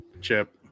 Chip